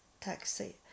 taxi